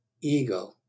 ego